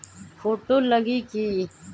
Photo लगी कि?